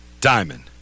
Diamond